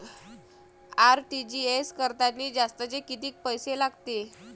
RTGS करतांनी जास्तचे कितीक पैसे लागते?